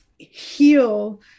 heal